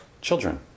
children